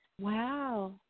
wow